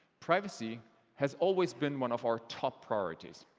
privacy has always been one of our top priorities.